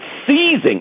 seizing